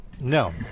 No